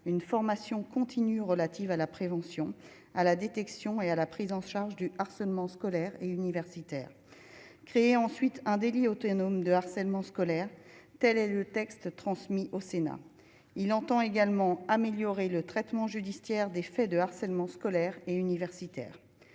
une formation continue relative à la prévention à la détection et à la prise en charge du harcèlement scolaire et universitaire créer ensuite un délit autonome de harcèlement scolaire telle est le texte transmis au Sénat, il entend également améliorer le traitement judiciaire des faits de harcèlement scolaire et universitaire,